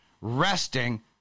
resting